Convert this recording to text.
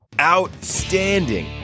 Outstanding